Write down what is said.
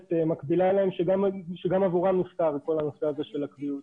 מקבילה להם שגם עבורם נפתר כל הנושא הזה של הקביעות.